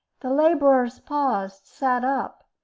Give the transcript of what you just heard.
the laborers paused, sat up,